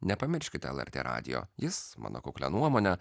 nepamirškite lrt radijo jis mano kuklia nuomone